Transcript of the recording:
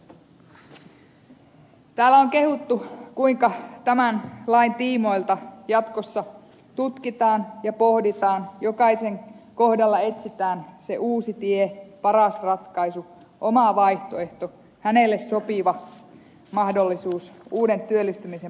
täällä on kehuttu kuinka tämän lain tiimoilta jatkossa tutkitaan ja pohditaan jokaisen kohdalla etsitään se uusi tie paras ratkaisu oma vaihtoehto hänelle sopiva mahdollisuus uuden työllistymisen polku